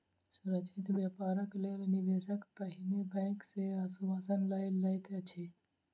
सुरक्षित व्यापारक लेल निवेशक पहिने बैंक सॅ आश्वासन लय लैत अछि